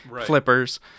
flippers